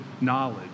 knowledge